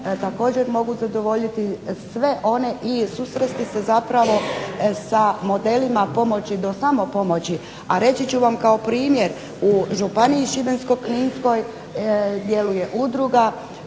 također mogu zadovoljiti sve one i susresti se zapravo sa modelima pomoći do samopomoći. A reći ću vam kao primjer u županiji Šibensko-kninskoj djeluje Udruga